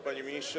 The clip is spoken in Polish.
Panie Ministrze!